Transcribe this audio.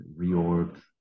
reorg